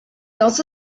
also